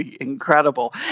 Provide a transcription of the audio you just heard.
incredible